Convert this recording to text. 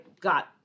got